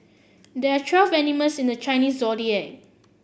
there are twelve animals in the Chinese Zodiac